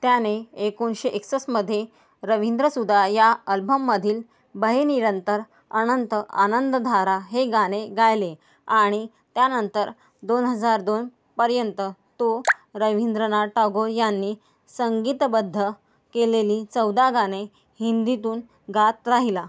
त्याने एकोणीसशे एकसष्टमध्ये रवींद्रसुधा या अल्भममधील बहे निरंतर अनंत आनंदधारा हे गाणे गायले आणि त्यानंतर दोन हजार दोनपर्यंत तो रव्हिंद्रनाथ टागोर यांनी संगीतबद्ध केलेली चौदा गाणे हिंदीतून गात राहिला